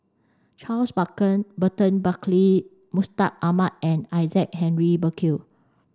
Charles Burton Buckley Mustaq Ahmad and Isaac Henry Burkill